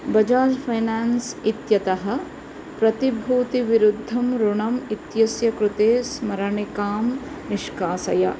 Bajaj finance इत्यतः प्रतिभूतिविरुद्धं ऋणम् इत्यस्य कृते स्मरणिकां निष्कासय